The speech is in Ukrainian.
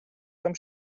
там